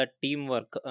teamwork